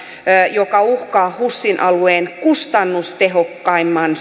joka uhkaa husin alueen kustannustehokkaimman